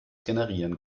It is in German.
generieren